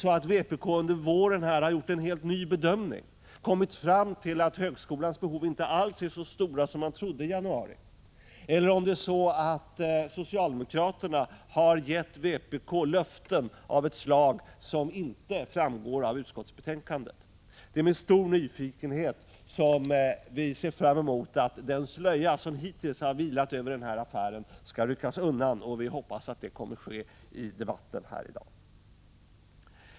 Har vpk under våren gjort en helt ny bedömning och kommit fram till att högskolans behov inte alls är så stora som man trodde i januari? Eller har socialdemokraterna gett vpk löften av ett slag som inte framgår av utskottsbetänkandet? Det är med stor nyfikenhet som vi ser fram emot att den slöja som hittills har vilat över den här affären skall ryckas undan. Vi hoppas att det kommer att ske i debatten i dag.